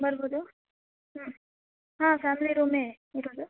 ಬರ್ಬೋದು ಹ್ಞೂ ಹಾಂ ಫ್ಯಾಮಿಲಿ ರೂಮೇ ಇರೋದು